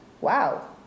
wow